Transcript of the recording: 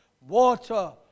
water